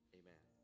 amen